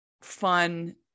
fun